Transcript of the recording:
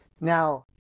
Now